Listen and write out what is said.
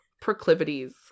proclivities